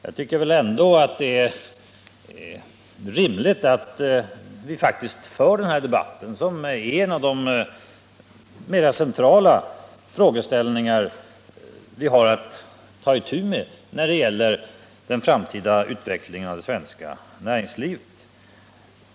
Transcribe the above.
Jag tycker ändå att det är rimligt att vi faktiskt för den här debatten, som avser en av de mer centrala frågor som vi har att ta itu med när det gäller den framtida utvecklingen av det svenska näringslivet.